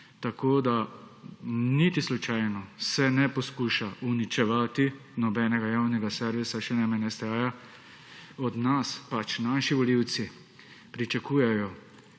tako, da niti slučajno se ne poskuša uničevati nobenega javnega servisa še najmanj STA. Od nas pač naši volivci pričakujejo,